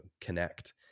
connect